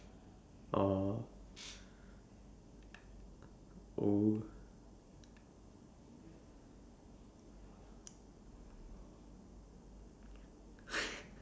oh oo